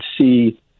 see